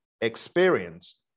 experience